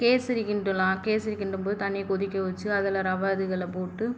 கேசரி கிண்டலாம் கேசரி கிண்டும்போது தண்ணி கொதிக்க வச்சி அதில் ரவை இதுங்கள போட்டு